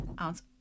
ounce